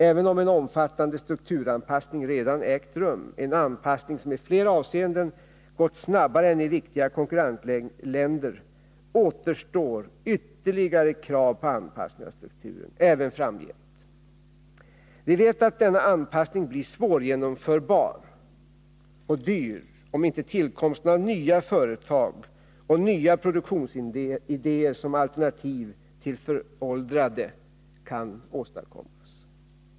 Även om en omfattande strukturanpassning redan har ägt rum, en anpassning som i flera avseenden har gått snabbare än i viktiga konkurrentländer, återstår ytterligare krav på anpassning av strukturen, även framgent. Vi vet att denna anpassning blir svårgenomförbar och dyr, om inte tillkomsten av nya företag och nya produktionsidéer som alternativ till föråldrade kan åstadkommas.